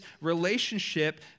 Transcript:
relationship